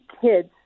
kids